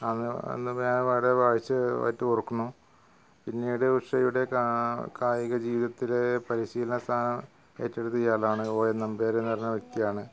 അന്ന് അന്ന് ഞാൻ എവിടെ വായിച്ചതായിട്ട് ഞാൻ ഓർക്കുന്നു പിന്നീട് ഉഷയുടെ കാ കായിക ജീവിതത്തിലെ പരിശീലന സ്ഥാനം ഏറ്റടുത്തത് ഇയാളാണ് ഒ എൻ നമ്പ്യാരെന്ന് പറഞ്ഞ വ്യക്തിയാണ്